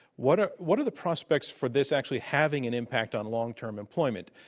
what are what are the prospects for this actually having an impact on long-term employment?